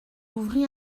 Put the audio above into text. ouvrit